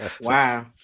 Wow